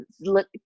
look